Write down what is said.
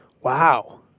Wow